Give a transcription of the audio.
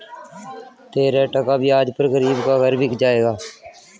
तेरह टका ब्याज पर गरीब का घर बिक जाएगा